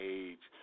age